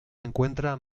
encuentran